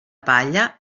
palla